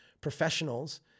professionals